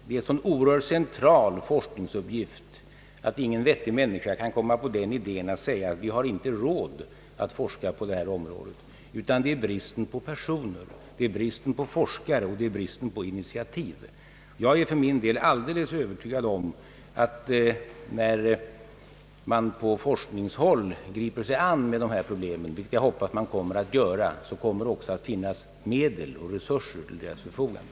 Det gäller här en så central forskninguppgift att ingen vettig människa kan komma på den idén att säga att vi inte har råd att forska på detta område, utan här råder det brist på personer, på forskare, och brist på initiativ. Jag är för min del alldeles övertygad om att när man på forskningshåll griper sig an med dessa problem, vilket jag hoppas man kommer att göra, kommer det också att finnas medel och resurser till deras förfogande.